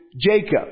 Jacob